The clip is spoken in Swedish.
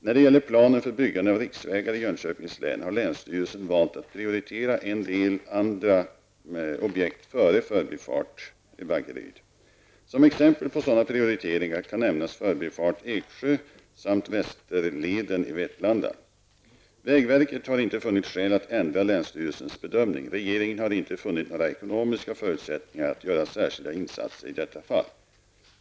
När det gäller planen för byggande av riksvägar i Jönköpings län har länsstyrelsen valt att prioritera en del andra objekt före förbifart Vaggeryd. Som exempel på sådana prioriteringar kan nämnas förbifart Eksjö samt västerleden i Vetlanda. Vägverket har inte funnit skäl att ändra länsstyrelsens bedömning. Regeringen har inte funnit några ekonomiska förutsättningar att göra särskilda insatser i detta fall.